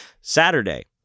Saturday